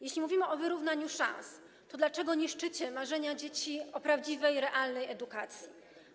Jeśli mówimy o wyrównaniu szans, to dlaczego niszczycie marzenia dzieci o prawdziwej, realnej edukacji?